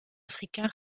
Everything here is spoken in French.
africain